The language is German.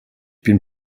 bin